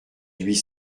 huit